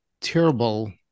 terrible